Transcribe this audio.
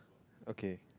okay